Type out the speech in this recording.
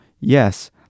yes